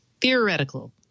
theoretical